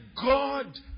God